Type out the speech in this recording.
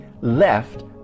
left